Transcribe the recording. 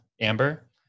Amber